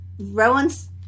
Rowan's